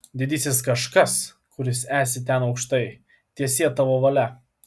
didysis kažkas kuris esi ten aukštai teesie tavo valia